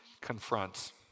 confronts